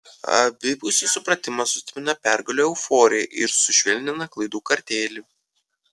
abipusis supratimas sustiprina pergalių euforiją ir sušvelnina klaidų kartėlį